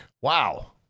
Wow